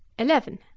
eleven.